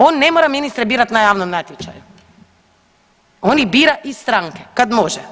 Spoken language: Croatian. On ne mora ministre birati na javnom natječaju, on ih bira iz stranke kad može.